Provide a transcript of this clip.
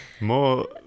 more